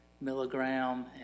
milligram